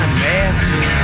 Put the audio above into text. master